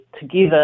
together